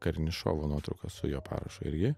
karnišovo nuotrauką su jo parašu irgi